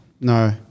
No